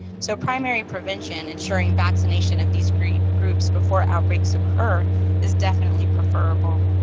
so primary prevention, ensuring vaccination of these groups groups before outbreaks occur is definitely preferable.